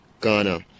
Ghana